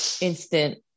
instant